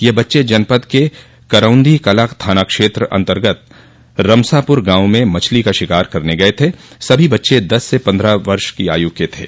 यह बच्चे जनपद के करौंदी कला थाना क्षेत्र अर्न्तगत रमसापुर गांव में मछली का शिकार करने गये थे सभी बच्चे दस से पन्द्रह वर्ष की आयु के थे